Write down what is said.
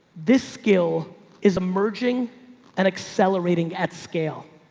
this skill is emerging and accelerating at scale,